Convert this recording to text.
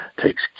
takes